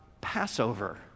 Passover